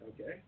Okay